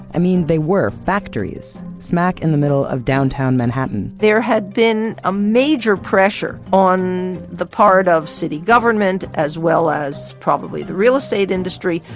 and mean they were factories, smack in the middle of downtown manhattan there had been a major pressure on the part of city government, as well as, probably the real estate industry,